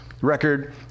record